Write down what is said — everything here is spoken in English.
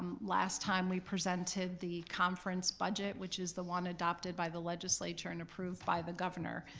last time we presented the conference budget, which is the one adopted by the legislature and approved by the governor.